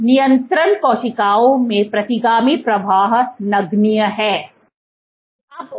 नियंत्रण कोशिकाओं में प्रतिगामी प्रवाह नगण्य था